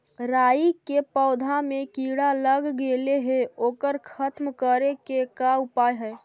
राई के पौधा में किड़ा लग गेले हे ओकर खत्म करे के का उपाय है?